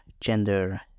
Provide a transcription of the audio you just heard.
gender